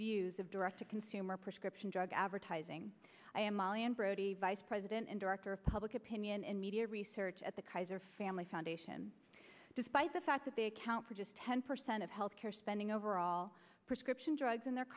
views of direct to consumer prescription drug advertising i am molly and brody vice president and director of public opinion and media research at the kaiser family foundation despite the fact that they account for just ten percent of health care spending overall prescription drugs and their